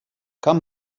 кам